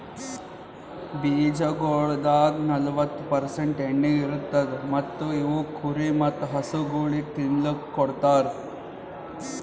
ಬೀಜಗೊಳ್ದಾಗ್ ನಲ್ವತ್ತು ಪರ್ಸೆಂಟ್ ಎಣ್ಣಿ ಇರತ್ತುದ್ ಮತ್ತ ಇವು ಕುರಿ ಮತ್ತ ಹಸುಗೊಳಿಗ್ ತಿನ್ನಲುಕ್ ಕೊಡ್ತಾರ್